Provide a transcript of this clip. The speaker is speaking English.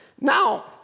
Now